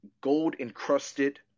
gold-encrusted